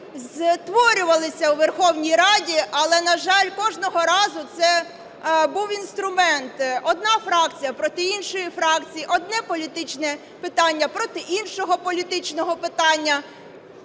створювалися у Верховній Раді, але, на жаль, кожного разу це був інструмент: одна фракція – проти іншої фракції, одне політичне питання – проти іншого політичного питання.